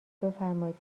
بفرمایید